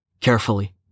carefully